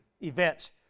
events